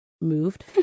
moved